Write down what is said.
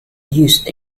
used